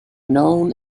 known